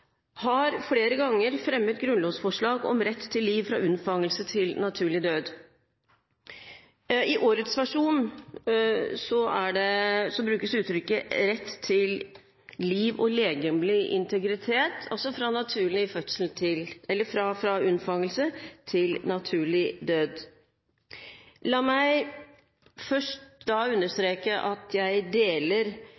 har flere ganger fremmet grunnlovsforslag om «Ret til Liv fra Undfangelse til naturlig Død». I årets versjon brukes uttrykket «Ret til Liv og legemlig Integritet fra Undfangelse til naturlig Død». La meg først da